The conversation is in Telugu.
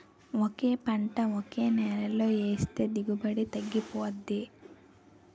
ఒకే పంట ఒకే నేలలో ఏస్తే దిగుబడి తగ్గిపోతాది